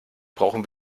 brauchen